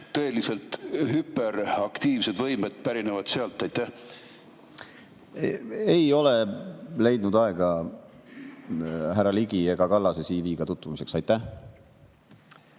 tõeliselt hüperaktiivsed võimed pärinevad sealt? Ei ole leidnud aega härra Ligi ega Kallase CV-ga tutvumiseks. Ei